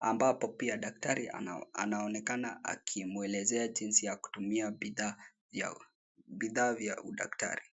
ambapo pia daktari anaonekana akimwelezea jinsi ya kutumia bidhaa ya udaktari.